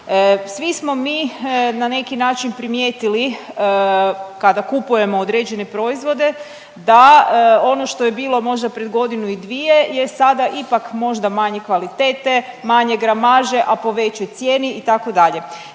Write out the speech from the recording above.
Svi smo mi na neki način primijetili kada kupujemo određene proizvode da ono što je bilo možda pred godinu i dvije je sada ipak možda manje kvalitete, manje gramaže, a po većoj cijeni itd., jeste